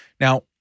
Now